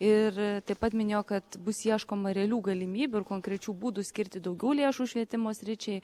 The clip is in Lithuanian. ir taip pat minėjo kad bus ieškoma realių galimybių ir konkrečių būdų skirti daugiau lėšų švietimo sričiai